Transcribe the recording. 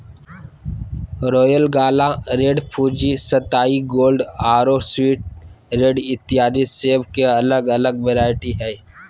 royal gala, red Fuji, सताई gold आरो sweet red इत्यादि सेब के अलग अलग वैरायटी हय